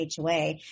HOA